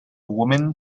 women